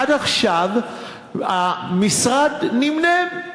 עד עכשיו המשרד נמנם.